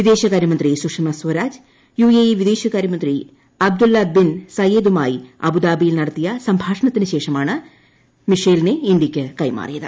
വിദേശകാരൃമന്ത്രിസുഷമാ Swaraj U A E വിദേശമന്ത്രി Abdullah bin സയേദുമായി അബുദാബിയിൽ നടത്തിയ സംഭാഷണത്തിന് ശേഷമാണ് മിഷേലിനെ ഇന്ത്യയ്ക്ക് കൈമാറിയത്